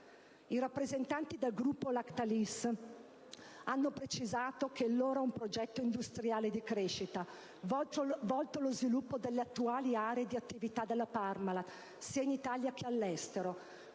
I rappresentanti del gruppo Lactalis hanno precisato che il loro è un progetto industriale di crescita, volto allo sviluppo delle attuali aree di attività della Parmalat, sia in Italia che all'estero,